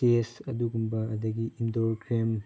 test ꯑꯗꯨꯒꯨꯝꯕ ꯑꯗꯒꯤ indoor game